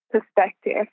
perspective